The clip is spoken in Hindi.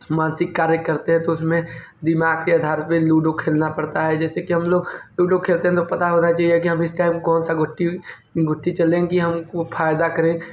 मानसिक कार्य करते हैं तो उसमें दिमाग के आधार पर लूडो खेलना पड़ता है जैसे कि हम लोग लूडो खेलते हैं तो पता होना चाहिए के हमें इस टाइम कौन सा गुट्टी गुट्टी चलें कि हमको फ़ायदा करे